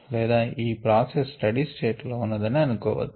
లేదా ఈ process steady state లో ఉన్నదని అనుకోవచ్చు